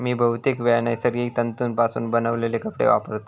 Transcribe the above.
मी बहुतेकवेळा नैसर्गिक तंतुपासून बनवलेले कपडे वापरतय